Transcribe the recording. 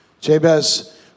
Jabez